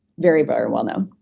very but and well known